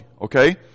okay